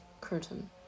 curtain